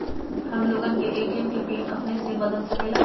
हम लोगन ए.टी.एम के पिन अपने से बदल सकेला?